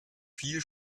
viel